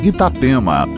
Itapema